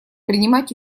принимать